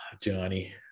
Johnny